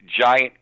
Giant